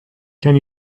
can